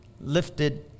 lifted